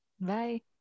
bye